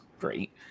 great